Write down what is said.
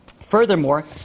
Furthermore